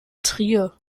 trier